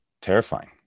terrifying